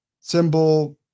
symbol